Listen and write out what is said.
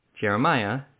Jeremiah